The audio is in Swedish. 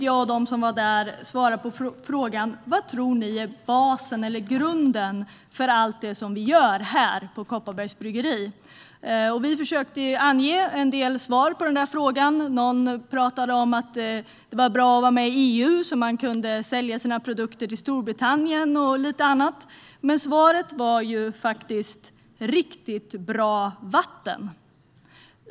Jag och de som var där fick svara på frågan: Vad tror ni är basen, eller grunden, för allt det som vi gör här på Kopparbergs bryggeri? Vi försökte ange en del svar på frågan. Någon pratade om att det var bra att vara med i EU så att man kunde sälja sina produkter till Storbritannien och lite annat. Men svaret var riktigt bra vatten.